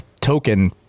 token